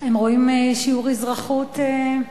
הם רואים שיעור אזרחות.